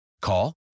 Call